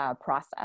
process